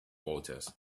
voters